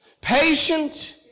patient